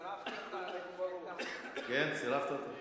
צירפתי אותה, כן, צירפת אותה?